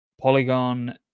Polygon